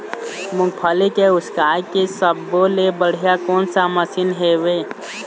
मूंगफली के उसकाय के सब्बो ले बढ़िया कोन सा मशीन हेवय?